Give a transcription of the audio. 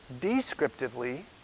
descriptively